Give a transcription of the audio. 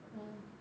ya